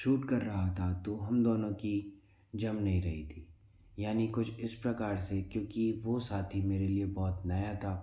shoot कर रहा था तो हम दोनों की जम नहीं रही थी यानि कुछ इस प्रकार से क्योंकि वो साथी मेरे लिए बहुत नया था